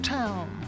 town